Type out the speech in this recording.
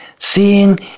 Seeing